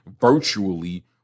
virtually